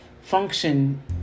function